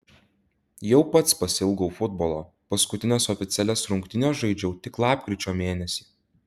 jau pats pasiilgau futbolo paskutines oficialias rungtynes žaidžiau tik lapkričio mėnesį